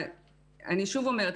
אני שוב אומרת,